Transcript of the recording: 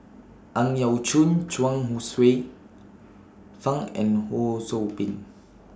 Ang Yau Choon Chuang Hsueh Fang and Ho SOU Ping